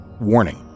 Warning